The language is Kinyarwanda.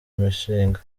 imishinga